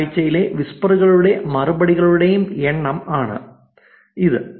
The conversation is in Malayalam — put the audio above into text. ഒരു ആഴ്ചയിലെ വിസ്പറുകളുടെയും മറുപടികളുടെയും എണ്ണം ആണ് ഇത്